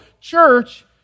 church